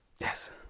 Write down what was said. Yes